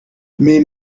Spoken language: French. mes